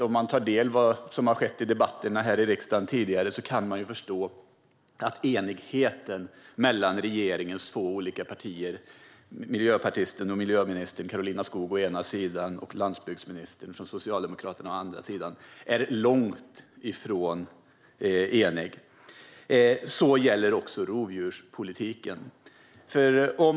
Om man tar del av vad som har sagts i debatterna här i riksdagen tidigare kan man ju förstå att regeringens två olika partier och miljöministern Karolina Skog från Miljöpartiet å ena sidan och landsbygdsministern från Socialdemokraterna å andra sidan är långt ifrån eniga. Detta gäller också rovdjurspolitiken.